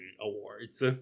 awards